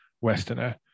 Westerner